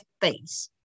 face